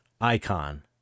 icon